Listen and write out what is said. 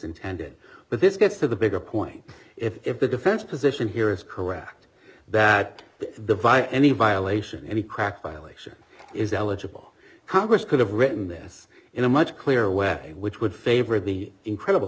intended but this gets to the bigger point if the defense position here is correct that the via any violation any crack violation is eligible congress could have written this in a much clearer way which would favor the incredible